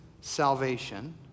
salvation